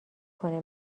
کنه